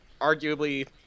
arguably